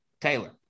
taylor